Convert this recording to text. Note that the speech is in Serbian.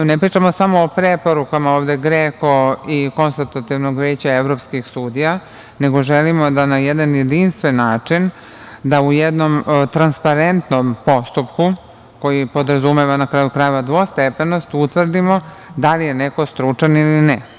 Ne pričamo samo o preporukama GREKO i Konsultativnog veća evropskih sudija, nego želimo da na jedan jedinstven način, da u jednom transparentnom postupku koji podrazumeva na kraju krajeva dvostepenost, utvrdimo da li je neko stručan ili ne.